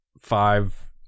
five